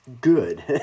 good